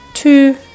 two